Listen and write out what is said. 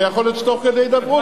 ויכול להיות שתוך כדי הידברות,